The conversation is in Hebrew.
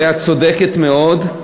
את צודקת מאוד,